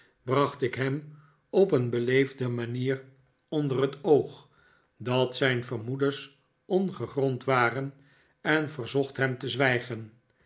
bracht ik hem op een beleefde manier onder het oog dat zijn vermoedens ongegrond waren en verzocht hem te zwijgen